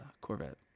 Corvette